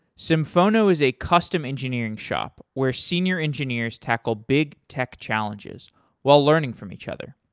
symphono is a custom engineering shop where senior engineers tackle big tech challenges while learning from each other.